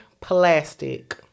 plastic